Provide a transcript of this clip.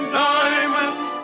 diamonds